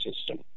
system